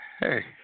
Hey